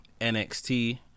NXT